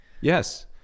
Yes